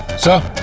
sir,